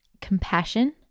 compassion